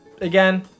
Again